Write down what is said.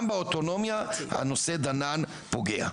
גם באוטונומיה הנושא דנן פוגע.